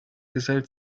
gesellt